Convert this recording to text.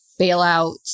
bailouts